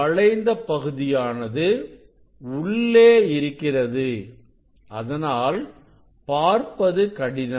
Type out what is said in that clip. வளைந்த பகுதியானது உள்ளே இருக்கிறது அதனால் பார்ப்பது கடினம்